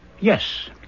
Yes